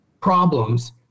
problems